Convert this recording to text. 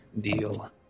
deal